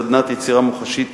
סדנת יצירה מוחשית,